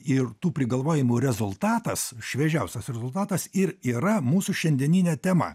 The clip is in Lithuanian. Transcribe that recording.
ir tų prigalvojimų rezultatas šviežiausias rezultatas ir yra mūsų šiandieninė tema